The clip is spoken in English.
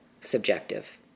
subjective